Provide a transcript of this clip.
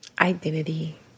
identity